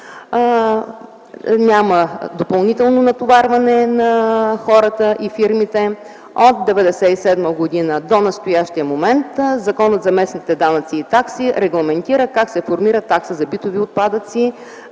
няма допълнително натоварване на хората и фирмите. От 1997 г. до настоящия момент Законът за местните данъци и такси регламентира формирането на таксата за битови отпадъци